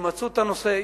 שימצו את הנושא,